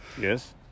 Yes